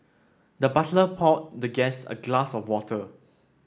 the butler poured the guest a glass of water